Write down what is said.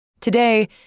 today